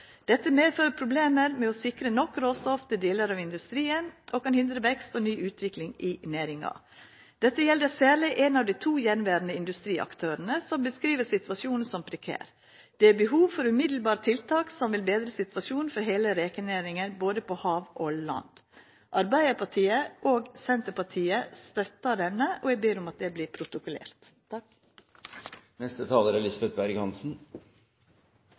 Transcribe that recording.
Dette medfører problemer med å sikre nok råstoff til deler av industrien og kan hindre vekst og ny utvikling i næringa. Dette gjelder særlig en av de to gjenværende industriaktørene, som beskriver situasjonen som prekær. Det er behov for umiddelbare tiltak som vil bedre situasjonen for hele rekenæringa både på hav og land.» Arbeidarpartiet og Senterpartiet støttar dette, og eg ber om at det